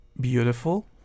beautiful